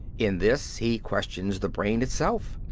in this he questions the brain itself,